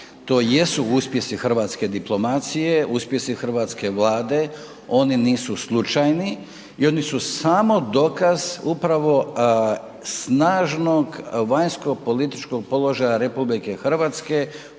to jesu uspjesi hrvatske diplomacije, uspjesi Hrvatske vlade, oni nisu slučajni i oni su samo dokaz upravo snažnog vanjsko-političkog položaja RH koja